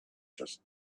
just